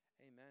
Amen